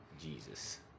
Jesus